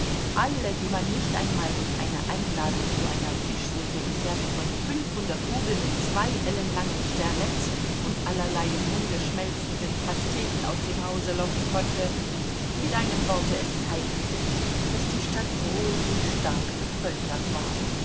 alle die man nicht einmal durch eine einladung zu einer fischsuppe im werte von fünfhundert rubel mit zwei ellen langen sterlets und allerlei im munde schmelzenden pasteten aus dem hause locken konnte mit einem worte es zeigte sich daß die stadt groß und stark bevölkert war